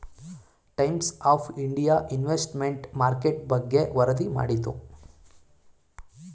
times of India investment market ಬಗ್ಗೆ ವರದಿ ಮಾಡಿತು